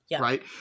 right